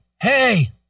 Hey